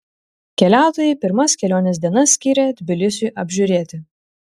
keliautojai pirmas kelionės dienas skyrė tbilisiui apžiūrėti